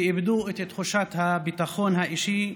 שאיבדו את תחושת הביטחון האישי,